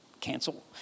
cancel